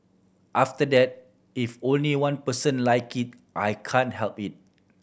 after that if only one person like it I can't help it